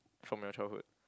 from your childhood